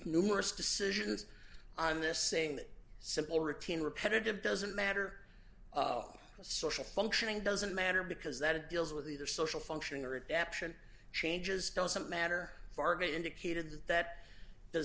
numerous decisions on this saying that simple routine repetitive doesn't matter social functioning doesn't matter because that it deals with either social function or adaption changes doesn't matter fargas indicated that that does